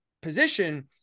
position